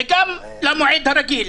וגם למועד הרגיל.